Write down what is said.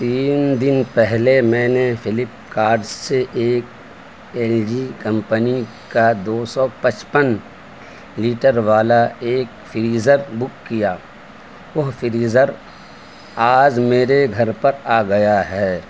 تین دن پہلے میں نے فلپکارٹ سے ایک ایل جی کمپنی کا دو سو پچپن لیٹر والا ایک فریزر بک کیا وہ فریزر آج میرے گھر پر آ گیا ہے